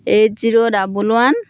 eight zero double one